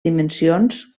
dimensions